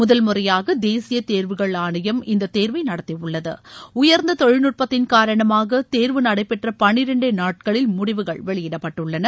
முதல் முறையாக தேசிய தேர்வுகள் ஆணையம் இந்தத் தேர்வை நடத்தியுள்ளது உயர்ந்த தொழில்நுட்பத்தின் காரணமாக தேர்வு நடைபெற்ற பன்னிரெண்டே நாட்களில் முடிவுகள் வெளியிடப்பட்டுள்ளன